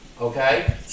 okay